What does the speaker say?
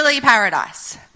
paradise